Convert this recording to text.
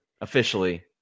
officially